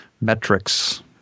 metrics